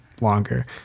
longer